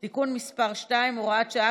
תיקון) (תיקון מס' 2) (הוראת שעה,